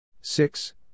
six